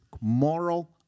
moral